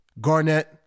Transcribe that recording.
Garnett